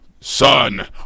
Son